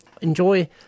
enjoy